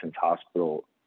hospital